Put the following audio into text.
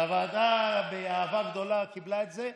והוועדה באהבה גדולה קיבלה את זה,